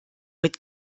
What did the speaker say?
mit